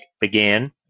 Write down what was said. began